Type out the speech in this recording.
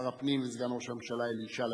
שר הפנים וסגן ראש הממשלה אלי ישי,